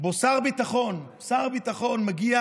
שבו שר הביטחון מגיע,